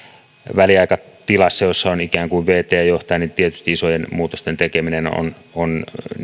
väliaikaisessa tilassa jossa on ikään kuin virkaatekevä johtaja isojen muutosten tekeminen on on